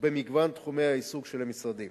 במגוון תחומי העיסוק של המשרדים.